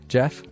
Jeff